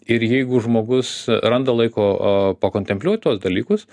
ir jeigu žmogus randa laiko a pakontempliuot tuos dalykus